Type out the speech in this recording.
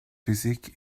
physique